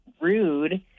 rude